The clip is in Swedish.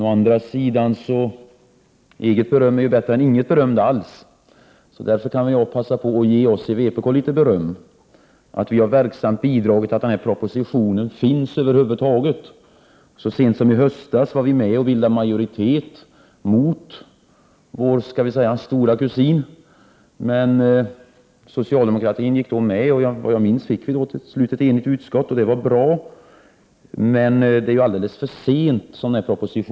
Å andra sidan är eget beröm bättre än inget beröm alls. Därför vill jag passa på att ge oss i vpk litet beröm för att vi verksamt bidragit till att denna proposition över huvud taget har framlagts. Så sent som i höstas var vi med och bildade majoritet mot, skall vi säga, vår stora kusin. Men socialdemokratin gick så småningom med oss, och till slut fick vi ett enigt utskott, vilket var bra. Men den här propositionen har kommit alldeles för sent.